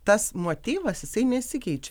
tas motyvas jisai nesikeičia